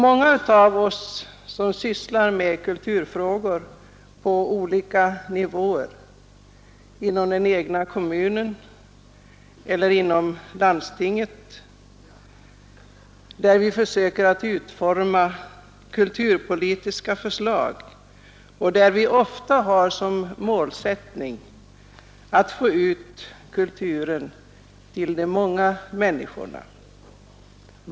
Många av oss som sysslar med kulturfrågor på olika nivåer — inom den egna kommunen eller inom landstinget — försöker utforma kulturpolitiska förslag, där vi ofta har som målsättning att få ut kulturen till de många människorna.